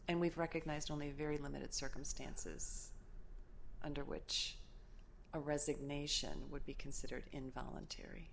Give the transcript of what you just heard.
and we've recognized only a very limited circumstances under which a resignation would be considered involuntary